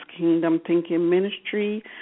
KingdomThinkingMinistry